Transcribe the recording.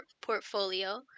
portfolio